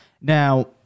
Now